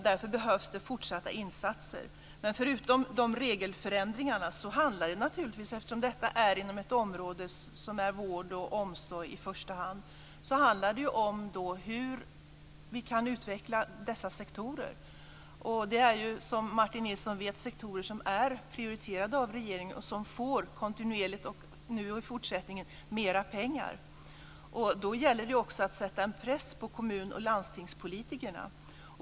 Därför behövs det fortsatta insatser. Men förutom dessa regelförändringar handlar det naturligtvis, eftersom detta i första hand gäller området vård och omsorg, om hur vi kan utveckla dessa sektorer. Det är ju, som Martin Nilsson vet, sektorer som är prioriterade av regeringen och som kontinuerligt, nu och i fortsättningen, får mer pengar. Då gäller det ju också att sätta press på kommunoch landstingspolitikerna.